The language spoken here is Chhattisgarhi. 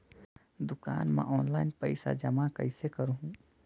दुकान म ऑनलाइन पइसा जमा कइसे करहु?